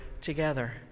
together